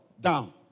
down